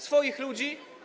Swoich ludzi?